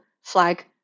flag